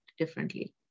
differently